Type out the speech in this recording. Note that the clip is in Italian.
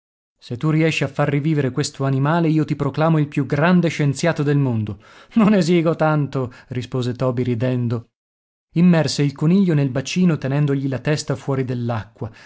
se tu riesci a far rivivere questo animale io ti proclamo il più grande scienziato del mondo non esigo tanto rispose toby ridendo immerse il coniglio nel bacino tenendogli la testa fuori